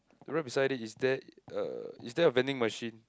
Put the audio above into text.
right beside it is there uh is there a vending machine